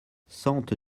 sente